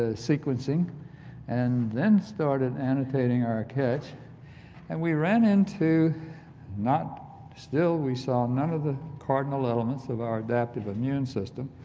ah sequencing and then started annotating our catch and we ran into not still we saw none of the cardinal elements of our adaptive immune system,